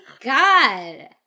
God